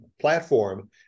platform